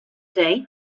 day